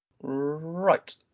Right